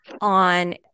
on